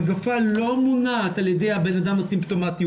המגפה לא מונעת על ידי האדם הסימפטומטי,